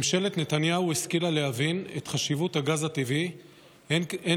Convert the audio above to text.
ממשלת נתניהו השכילה להבין את חשיבות הגז הטבעי הן